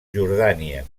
jordània